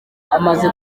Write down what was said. amaze